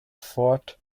fought